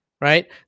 Right